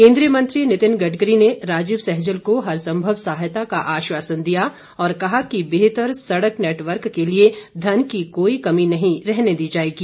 केंद्रीय मंत्री नितिन गडकरी ने राजीव सहजल को हर संभव सहायता का आश्वासन दिया और कहा कि बेहतर सड़क नेटवर्क के लिए धन की कोई कमी नहीं रहने दी जाएगी